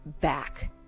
back